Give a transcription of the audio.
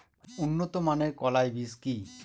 উন্নত মানের কলাই বীজ কি?